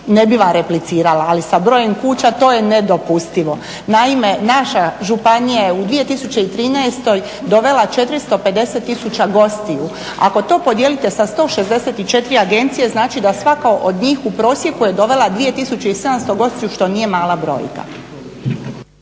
ne bi vam replicirala ali sa brojem kuća to je nedopustivo. Naime, naša županija je u 2013.dovela 450 tisuća gostiju. Ako to podijelite sa 164 agencije znači da svaka od njih u prosjeku je dovela 2700 gostiju što nije mala brojka.